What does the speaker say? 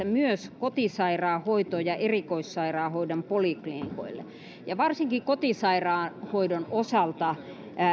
myös kotisairaanhoitoon ja erikoissairaanhoidon poliklinikoille varsinkin kotisairaanhoidon osalta